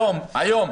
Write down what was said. היום,